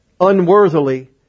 unworthily